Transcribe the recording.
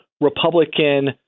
Republican